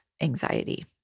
anxiety